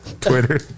Twitter